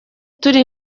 turi